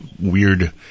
weird